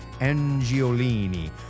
Angiolini